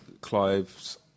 Clive